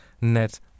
net